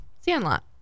Sandlot